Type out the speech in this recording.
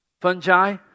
Fungi